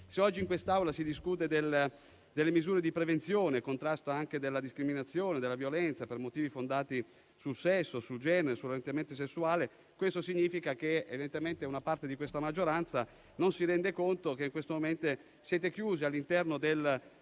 Se oggi in quest'Aula si discute delle misure di prevenzione e contrasto alla discriminazione e alla violenza per motivi fondati sul sesso, sul genere e sull'orientamento sessuale, significa che evidentemente una parte della maggioranza non si rende conto che in questo momento siete chiusi all'interno del